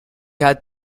had